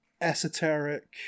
esoteric